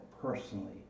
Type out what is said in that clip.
personally